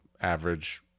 average